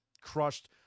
crushed